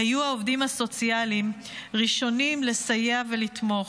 היו העובדים הסוציאליים ראשונים לסייע ולתמוך.